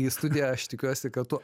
į studiją aš tikiuosi kad tu